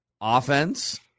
offense